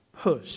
push